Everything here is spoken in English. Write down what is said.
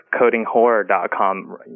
codinghorror.com